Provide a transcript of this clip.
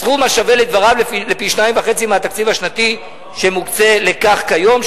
סכום השווה לדבריו לפי-שניים וחצי מהתקציב השנתי שמוקצה לכך כיום,